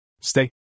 Stay